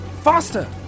Faster